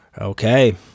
Okay